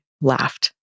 laughed